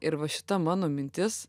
ir va šita mano mintis